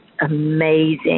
amazing